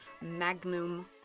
magnum